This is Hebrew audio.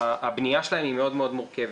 שהבנייה שלהן היא מאוד מורכבת.